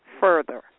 further